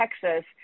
Texas